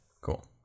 cool